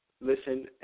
listen